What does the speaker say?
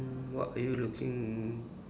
mm what are you looking